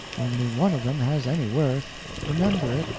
only one of them has any worth remember it,